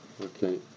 Okay